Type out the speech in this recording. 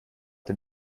den